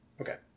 Okay